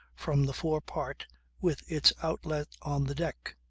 from the forepart with its outlet on the deck